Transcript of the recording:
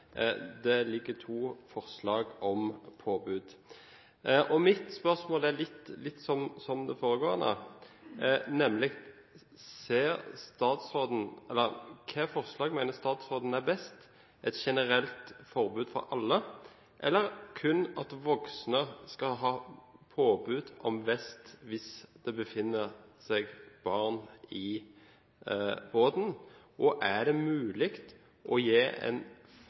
Det er fremmet to forslag om påbud. Mitt spørsmål likner på det foregående: Hvilket forslag mener statsråden er best, et generelt påbud for alle eller at voksne kun skal ha påbud om vest hvis det befinner seg barn i båten? Er det mulig å gi en